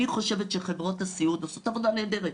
אני חושבת שחברות הסיעוד עושות עבודה נהדרת